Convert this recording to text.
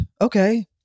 Okay